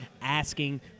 asking